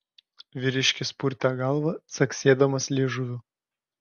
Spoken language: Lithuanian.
vyriškis purtė galvą caksėdamas liežuviu